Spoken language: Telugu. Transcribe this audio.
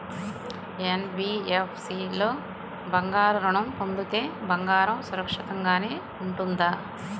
ఎన్.బీ.ఎఫ్.సి లో బంగారు ఋణం పొందితే బంగారం సురక్షితంగానే ఉంటుందా?